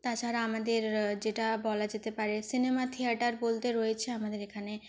তাছাড়া আমাদের যেটা বলা যেতে পারে সিনেমা থিয়েটার বলতে রয়েছে আমাদের এখানে